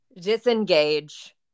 disengage